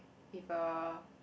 with a